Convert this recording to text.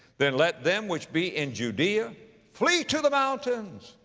then let them which be in judea flee to the mountains.